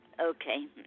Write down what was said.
Okay